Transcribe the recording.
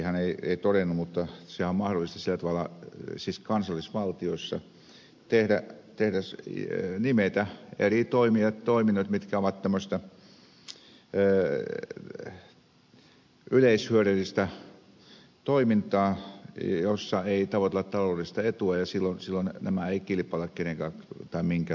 hän ei todennut mutta se on mahdollista sillä tavalla siis kansallisvaltioissa nimetä eri toimijat ja toiminnot mitkä ovat tämmöistä yleishyödyllistä toimintaa jossa ei tavoitella taloudellista etua ja silloin nämä eivät kilpaile minkään tahon kanssa